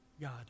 God